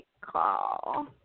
Call